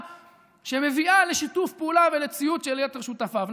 שמביאה לשיתוף פעולה ולציות של יתר שותפיו.